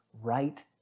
right